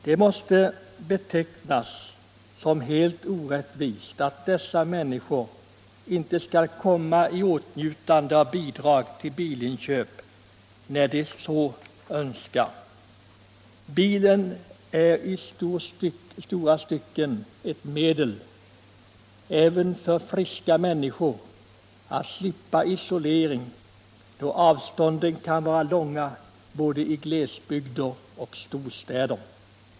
Det måste betecknas som synnerligen orättvist att dessa människor inte skall komma i åtnjutande av bidrag till bilinköp när de så önskar. Bilen är i stora stycken ett medel även för friska människor att slippa isolering då avstånden kan vara långa i både glesbygder och storstäder.